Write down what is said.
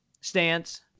stance